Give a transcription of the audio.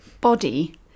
body